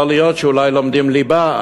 יכול להיות שאולי לומדים ליבה,